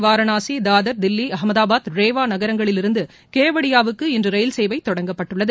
வாரணாசி தாதர் தில்லி அகமதபாத் ரேவா நகரங்களில் இருந்து கெவாடியாவுக்கு இன்று ரயில் சேவை தொடங்கப்பட்டுள்ளது